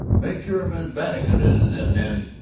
make sure miss bannigan is in then.